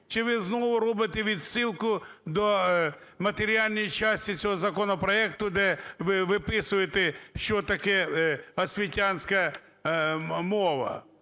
Чи ви знову робите відсилку до матеріальної часті цього законопроекту, де ви виписуєте, що таке освітянська мова.